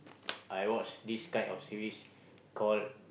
I watch this kind of series call